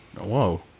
Whoa